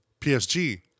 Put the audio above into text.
PSG